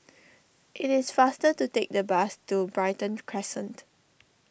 it is faster to take the bus to Brighton Crescent